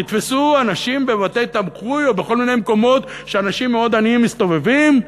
תתפסו אנשים בבתי-תמחוי או בכל מיני מקומות שאנשים מאוד עניים מסתובבים?